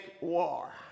war